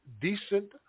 decent